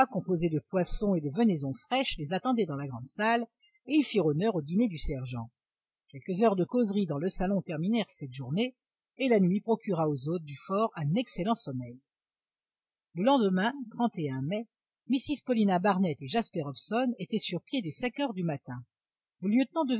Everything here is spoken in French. composé de poisson et de venaison fraîche les attendait dans la grande salle et ils firent honneur au dîner du sergent quelques heures de causerie dans le salon terminèrent cette journée et la nuit procura aux hôtes du fort un excellent sommeil le lendemain mai mrs paulina barnett et jasper hobson étaient sur pied dès cinq heures du matin le lieutenant